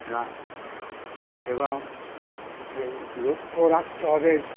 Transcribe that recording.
না এবং লক্ষ্য রাখতে হবে